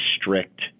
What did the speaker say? strict